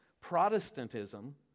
Protestantism